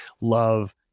love